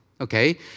Okay